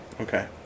Okay